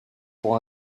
pour